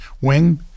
wing